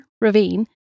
ravine